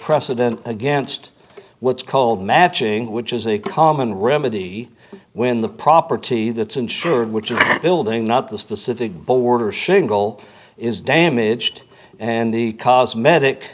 precedent against what's called matching which is a common remedy when the property that's insured which is building not the specific border shingle is damaged and the cosmetic